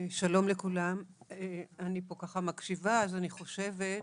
שלום לכולם, אני פה ככה מקשיבה אז אני חושבת,